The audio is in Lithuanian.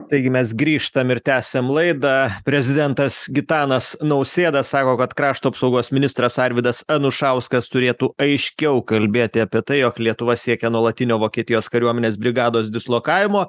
taigi mes grįžtam ir tęsiam laidą prezidentas gitanas nausėda sako kad krašto apsaugos ministras arvydas anušauskas turėtų aiškiau kalbėti apie tai jog lietuva siekia nuolatinio vokietijos kariuomenės brigados dislokavimo